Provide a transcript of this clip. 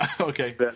okay